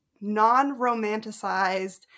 non-romanticized